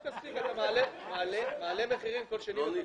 הוא מעלה מחירים כל שני וחמישי.